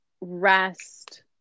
rest